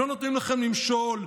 שלא נותנים לכם למשול.